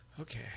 Okay